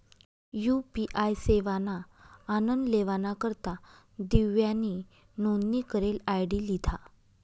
UPI सेवाना आनन लेवाना करता दिव्यानी नोंदनी करेल आय.डी लिधा